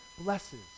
blesses